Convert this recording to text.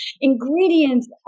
ingredients